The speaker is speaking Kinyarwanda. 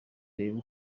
reba